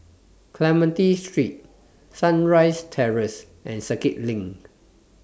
Clementi Street Sunrise Terrace and Circuit LINK